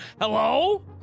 Hello